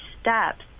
steps